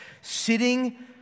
sitting